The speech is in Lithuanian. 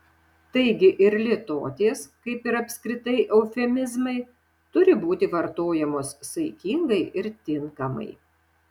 taigi ir litotės kaip ir apskritai eufemizmai turi būti vartojamos saikingai ir tinkamai